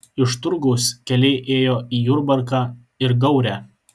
iš turgaus keliai ėjo į jurbarką ir gaurę